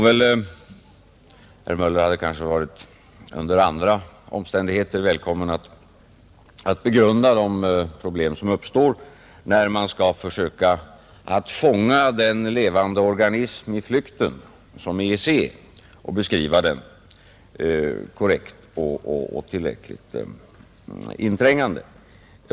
Nåväl, herr Möller hade kanske under andra omständigheter varit välkommen att begrunda de problem som uppstår när man skall försöka fånga den levande organism i flykten som är EEC och beskriva den korrekt och tillräckligt inträngande.